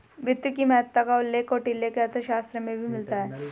वित्त की महत्ता का उल्लेख कौटिल्य के अर्थशास्त्र में भी मिलता है